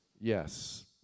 yes